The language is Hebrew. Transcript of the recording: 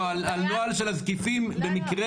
--- על נוהל של הזקיפים במקרה